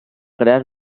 crear